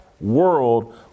world